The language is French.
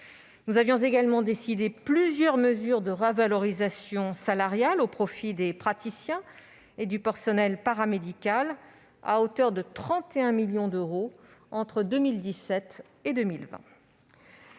Nous avons également pris plusieurs mesures de revalorisation salariale au profit des praticiens et du personnel paramédical, à hauteur de 31 millions d'euros entre 2017 et 2020.